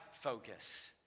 focus